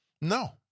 No